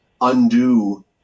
undo